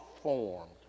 formed